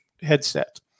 headset